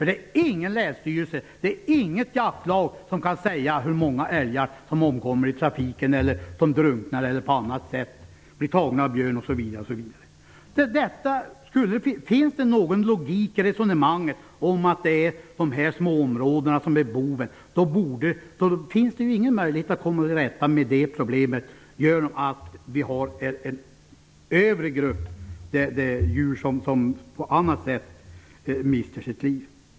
Det är nämligen inte någon länsstyrelse och inte något jaktlag som kan säga hur många älgar som omkommer i trafiken, som drunknar, som blir tagna av björn osv. Om det är någon logik i resonemanget om att det är ägarna av de små områdena som är bovarna, finns det ju ingen möjlighet att komma till rätta med problemet, genom att det finns en grupp djur som mister livet på annat sätt.